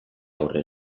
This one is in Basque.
aurre